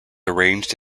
arranged